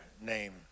name